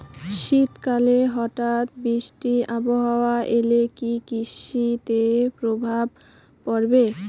শীত কালে হঠাৎ বৃষ্টি আবহাওয়া এলে কি কৃষি তে প্রভাব পড়বে?